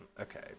Okay